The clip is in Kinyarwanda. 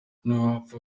ntiwapfa